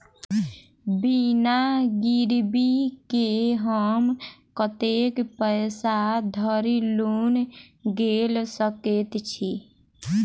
बिना गिरबी केँ हम कतेक पैसा धरि लोन गेल सकैत छी?